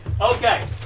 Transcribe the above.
Okay